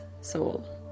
soul